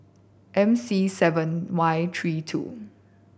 M C seven Y three two